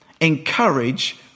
Encourage